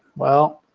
well,